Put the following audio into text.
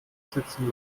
sitzen